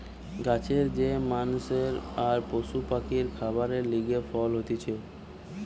গাছের যে মানষের আর পশু পাখির খাবারের লিগে ফল হতিছে